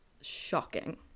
shocking